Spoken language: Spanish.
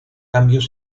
cambios